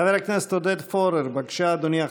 חבר הכנסת עודד פורר, בבקשה, אדוני.